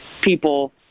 people